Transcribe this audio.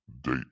date